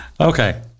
Okay